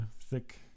thick